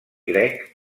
grec